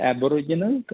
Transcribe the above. Aboriginal